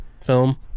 film